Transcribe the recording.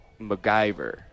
MacGyver